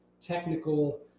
technical